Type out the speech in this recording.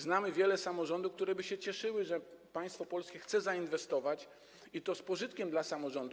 Znamy wiele samorządów, które by się cieszyły, że państwo polskie chce zainwestować i to z pożytkiem dla samorządu.